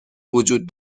وجود